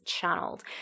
channeled